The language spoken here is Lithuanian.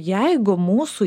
jeigu mūsų